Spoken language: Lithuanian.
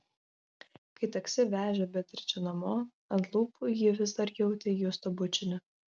kai taksi vežė beatričę namo ant lūpų ji vis dar jautė justo bučinį